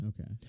Okay